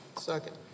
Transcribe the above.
second